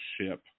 ship